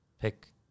pick